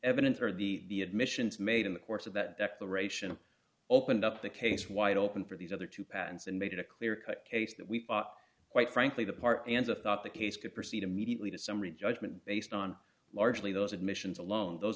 evidence or the admissions made in the course of that declaration opened up the case wide open for these other two patents and they did a clear cut case that we quite frankly the part and the thought the case could proceed immediately to summary judgment based on largely those admissions alone those